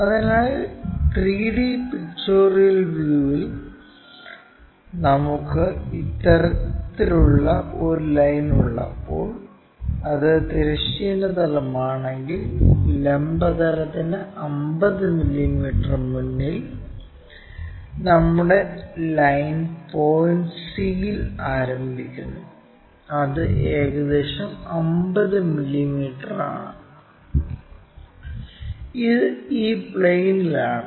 അതിനാൽ 3 D pictorial view യിൽ നമുക്ക് ഇത്തരത്തിലുള്ള ഒരു ലൈൻ ഉള്ളപ്പോൾ ഇത് തിരശ്ചീന തലം ആണെങ്കിൽ ലംബ തലത്തിന് 50 മില്ലിമീറ്റർ മുന്നിൽ നമ്മുടെ ലൈൻ പോയിന്റ് C യിൽ ആരംഭിക്കുന്നു അത് ഏകദേശം 50 മില്ലീമീറ്റർ ആണ് ഇത് ഈ പ്ലെയിനിൽ ആണ്